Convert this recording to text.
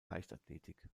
leichtathletik